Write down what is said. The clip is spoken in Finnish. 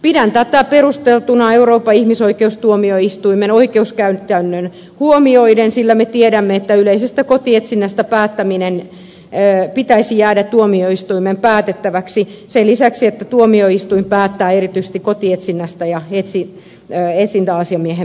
pidän tätä perusteltuna euroopan ihmisoikeustuomioistuimen oikeuskäytännön huomioiden sillä me tiedämme että yleisestä kotietsinnästä päättämisen pitäisi jäädä tuomioistuimen päätettäväksi sen lisäksi että tuomioistuin päättää erityisestä kotietsinnästä ja etsintäasiamiehen määräämisestä